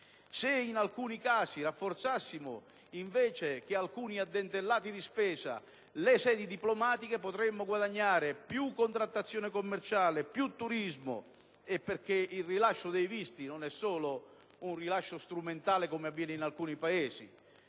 Se in alcuni casi rafforzassimo invece che alcuni addentellati di spesa le sedi diplomatiche potremmo guadagnare più contrattazione commerciale, più turismo. Il rilascio dei visti non è solo un rilascio strumentale, come avviene in alcuni Paesi;